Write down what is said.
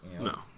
No